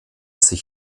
sich